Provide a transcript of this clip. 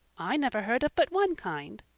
i never heard of but one kind,